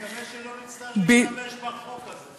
נקווה שלא נצטרך להשתמש בחוק הזה.